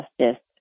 justice